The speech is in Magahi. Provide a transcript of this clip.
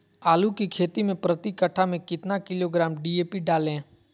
आलू की खेती मे प्रति कट्ठा में कितना किलोग्राम डी.ए.पी डाले?